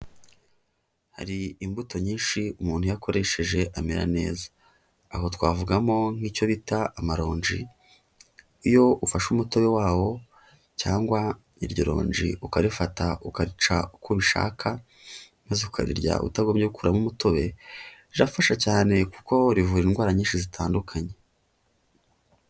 Hari imbuto nyinshi umuntu iyo akoresheje amera neza, aho twavugamo nk'icyo bita amaronji, iyo ufashe umutobe wawo, cyangwa iryo ronji ukarifata ukarica uko ubishaka maze ukarirya utagobye gukuramo umutobe, rirafasha cyane kuko rivura indwara nyinshi zitandukanye.